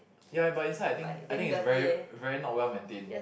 ya but inside I think I think is very very not well maintain